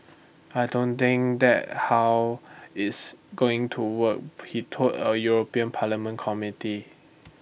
I don't think that's how it's going to work he told A european parliament committee